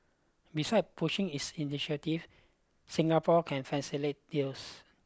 beside pushing its initiative Singapore can facilitate deals